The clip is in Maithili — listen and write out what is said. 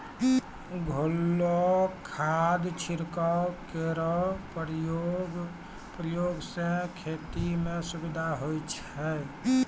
घोललो खाद छिड़काव केरो प्रयोग सें खेती म सुविधा होय छै